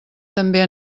també